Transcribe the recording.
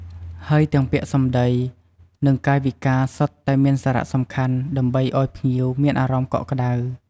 ហើយទាំងពាក្យសម្ដី និងកាយវិការសុទ្ធតែមានសារៈសំខាន់ដើម្បីឱ្យភ្ញៀវមានអារម្មណ៍កក់ក្តៅ។